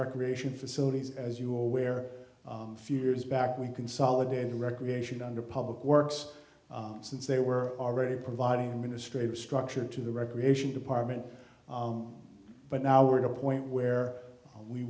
recreation facilities as you aware few years back we consolidated recreation under public works since they were already providing a ministry of structure to the recreation department but now we're at a point where